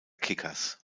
kickers